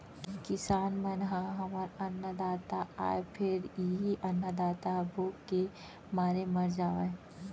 किसान मन ह हमर अन्नदाता आय फेर इहीं अन्नदाता ह भूख के मारे मर जावय